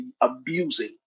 abusing